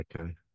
okay